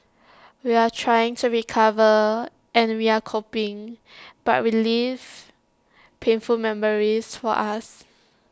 we're trying to recover and we're coping but relives painful memories for us